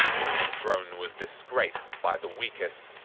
when the throne was disgraced by the weakest,